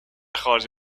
خارج